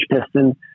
piston